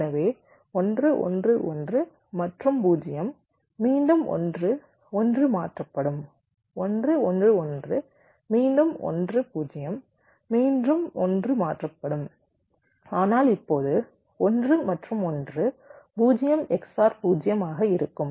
எனவே 1 1 1 மற்றும் 0 மீண்டும் 1 1 மாற்றப்படும் 1 1 1 மீண்டும் 1 0 மீண்டும் 1 மாற்றப்படும் ஆனால் இப்போது 1 மற்றும் 1 0 XOR 0 ஆக இருக்கும்